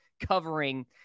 covering